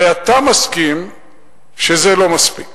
הרי אתה מסכים שזה לא מספיק,